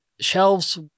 shelves